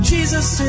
Jesus